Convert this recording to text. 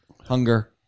hunger